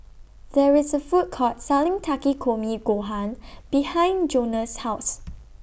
There IS A Food Court Selling Takikomi Gohan behind Jonas' House